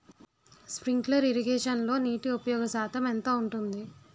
Sprinkler ఇరగేషన్లో నీటి ఉపయోగ శాతం ఎంత ఉంటుంది?